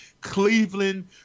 Cleveland